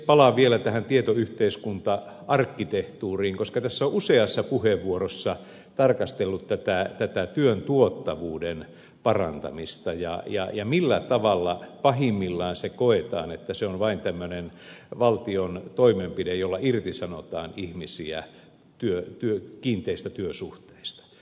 palaan vielä tähän tietoyhteiskunta arkkitehtuuriin koska tässä on useassa puheenvuorossa tarkasteltu työn tuottavuuden parantamista ja sitä millä tavalla pahimmillaan se koetaan että se on vain tämmöinen valtion toimenpide jolla irtisanotaan ihmisiä kiinteistä työsuhteista